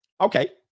Okay